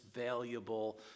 valuable